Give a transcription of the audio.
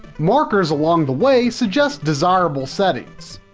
markers along the way suggest desirable settings.